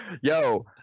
yo